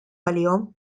għalihom